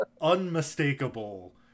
unmistakable